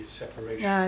separation